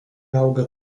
auga